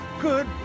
Good